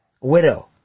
Widow